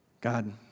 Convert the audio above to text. God